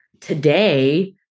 today